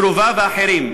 קרוביו האחרים,